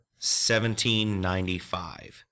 1795